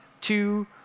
two